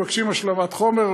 מבקשים השלמת חומר,